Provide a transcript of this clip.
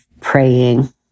praying